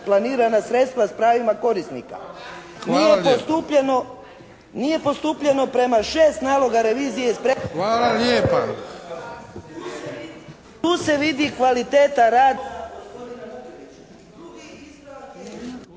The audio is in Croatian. planirana sredstva s pravima korisnika. Nije postupljeno prema šest naloga revizije …/Govornik je isključen, ne